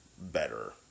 better